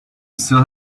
still